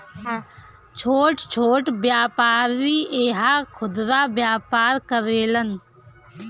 छोट छोट व्यापारी इहा खुदरा व्यापार करेलन